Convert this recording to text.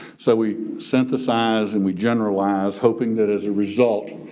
so we synthesize and we generalize, hoping that as a result,